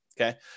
okay